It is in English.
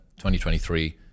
2023